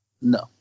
No